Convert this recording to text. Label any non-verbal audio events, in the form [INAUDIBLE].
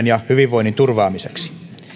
[UNINTELLIGIBLE] ja hyvinvoinnin turvaamiseksi